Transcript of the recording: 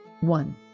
one